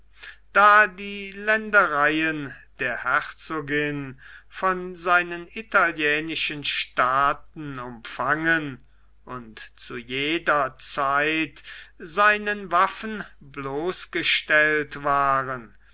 da die ländereien der herzogin von seinen italienischen staaten umfangen und zu jeder zeit seinen waffen bloßgestellt waren